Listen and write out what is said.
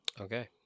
Okay